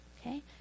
Okay